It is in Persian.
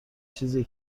چیزیه